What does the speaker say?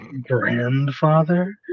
Grandfather